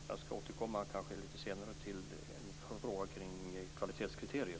Jag skall återkomma lite senare till en fråga kring kvalitetskriterier.